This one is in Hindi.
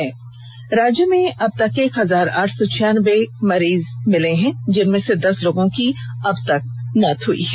वहीं राज्य में अबतक एक हजार आठ सौ छयानबे मरीज मिले हैं जिसमें दस लोगों की अबतक मौत हई है